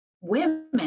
women